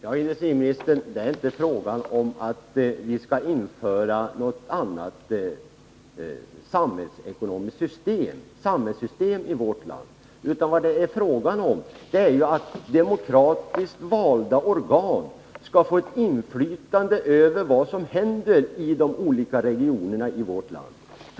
Herr talman! Det är inte fråga om att vi skall införa något annat samhällsekonomiskt system i vårt land. Vad det är fråga om är att demokratiskt valda organ skall få inflytande över vad som händer i de olika regionerna i vårt land.